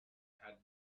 had